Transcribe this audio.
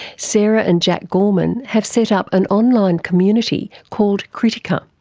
sara and jack gorman have set up an online community called critica.